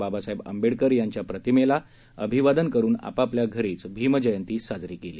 बाबासाहेब आंबेडकर यांच्या प्रतिमेला अभिवादन करून आपापल्या घरीच भीम जयंती साजरी केली